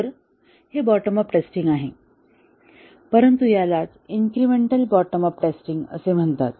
तर हे bottom up testing आहे परंतु यालाच इन्क्रिमेंटल बॉटम अप टेस्टिंग असे म्हणतात